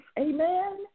Amen